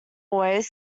always